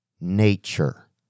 nature